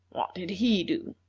what did he do?